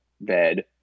bed